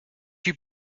you